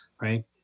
right